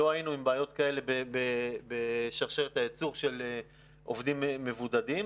לא היינו עם בעיות כאלה בשרשרת הייצור של עובדים מבודדים